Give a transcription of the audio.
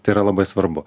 tai yra labai svarbu